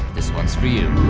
this one's for you.